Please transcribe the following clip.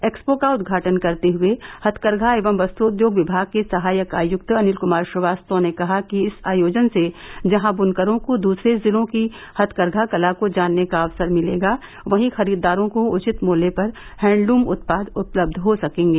expo का उद्घाटन करते हये हथकरघा एवं वस्त्रोद्योग विभाग के सहायक आयुक्त अनिल क्मार श्रीवास्तव ने कहा कि इस आयोजन से जहां दुनकरों को दूसरे जिलों की हथकरघा कला को जानने का अवसर मिलेगा वहीं खरीददारों को उचित मूल्य पर हैण्डलूम उत्पाद उपलब्ध हो सकेगें